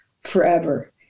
forever